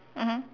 mmhmm